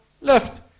left